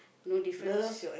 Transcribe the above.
no difference